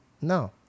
No